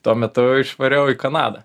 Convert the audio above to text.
tuo metu išvariau į kanadą